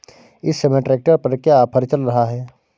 इस समय ट्रैक्टर पर क्या ऑफर चल रहा है?